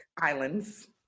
islands